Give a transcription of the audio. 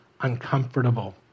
uncomfortable